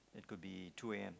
it could be two A_M